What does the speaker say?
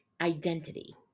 identity